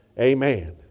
Amen